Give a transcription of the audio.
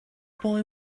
boy